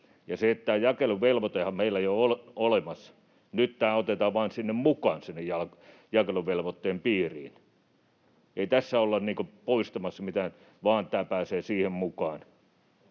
Ja tämä jakeluvelvoitehan meillä jo on olemassa, nyt tämä otetaan vain mukaan sinne jakeluvelvoitteen piiriin. Ei tässä olla poistamassa mitään, vaan tämä pääsee siihen mukaan.